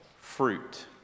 fruit